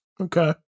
Okay